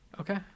Okay